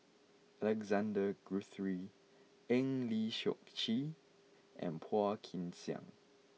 Alexander Guthrie Eng Lee Seok Chee and Phua Kin Siang